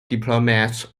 diplomats